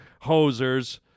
hosers